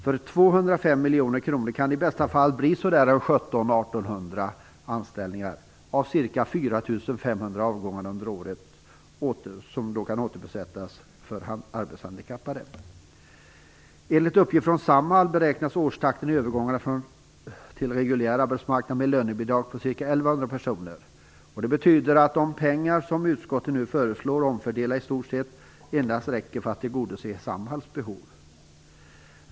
För 205 miljoner kronor kan det i bästa fall bli 1 700-1 800 anställningar. Ca 4 500 avgångar under året kan då återbesättas med arbetshandikappade. Enligt uppgift från Samhall beräknas årstakten i övergångarna till reguljär arbetsmarknad med lönebidrag till ca 1 100 personer. Det betyder att de pengar som utskottet nu föreslår omfördelade i stort sett räcker endast för att tillgodose Samhalls behov.